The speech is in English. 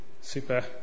super